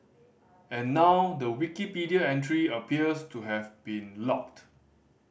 and now the Wikipedia entry appears to have been locked